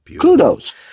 Kudos